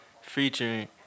featuring